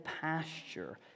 pasture